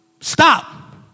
stop